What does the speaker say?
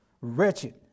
wretched